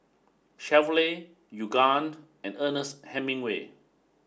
Chevrolet Yoogane and Ernest Hemingway